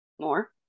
more